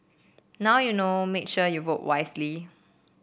now you know make sure you vote wisely